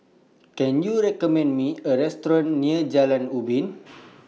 Can YOU recommend Me A Restaurant near Jalan Ubin